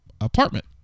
apartment